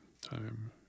time